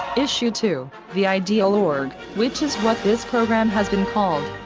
issue two, the ideal org, which is what this program has been called,